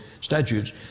statutes